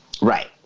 Right